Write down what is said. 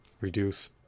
reduce